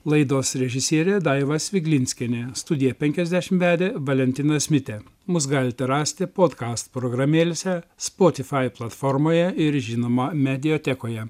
laidos režisierė daiva sviglinskienė studiją penkiasdešim vedė valentinas mitė mus galite rasti podkast programėlėse spotifai platformoje ir žinoma mediatekoje